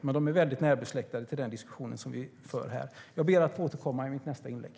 Men de är närbesläktade med den diskussion som vi för här.